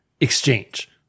exchange